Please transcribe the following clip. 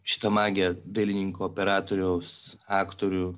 šita magija dailininko operatoriaus aktorių